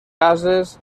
cases